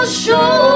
show